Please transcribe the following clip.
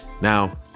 now